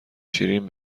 شیرین